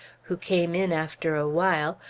who came in after a while,